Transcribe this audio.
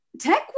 tech